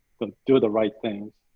do the right things.